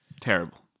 Terrible